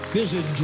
visit